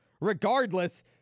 Regardless